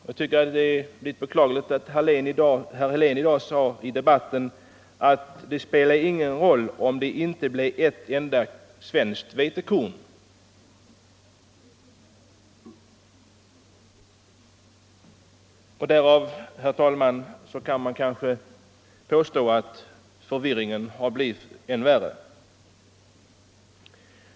Jag tycker att det är litet beklagligt att herr Helén i dag i debatten sade att det spelar ingen roll om det inte blir ett enda svenskt vetekorn i vår u-hjälp. Man kanske, herr talman, kan påstå att förvirringen därav har blivit än värre.